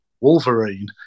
Wolverine